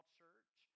church